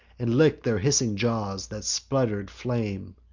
and lick'd their hissing jaws, that sputter'd flame.